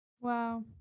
Wow